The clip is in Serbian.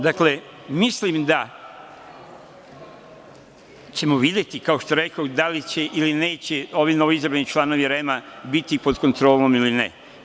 Dakle, mislim da ćemo videti, kao što rekoh, da li će ili neće ovi novi izabrani članovi REM biti pod kontrolom ili ne.